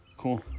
Cool